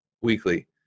weekly